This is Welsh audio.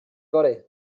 yfory